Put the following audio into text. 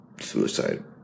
suicide